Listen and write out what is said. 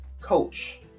coach